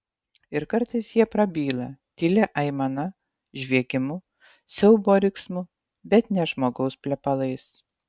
ir kartais jie prabyla tylia aimana žviegimu siaubo riksmu bet ne žmogaus plepalais